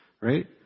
right